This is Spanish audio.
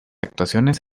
actuaciones